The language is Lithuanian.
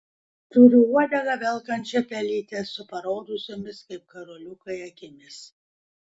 turiu uodegą velkančią pelytę su paraudusiomis kaip karoliukai akimis